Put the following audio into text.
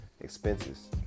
expenses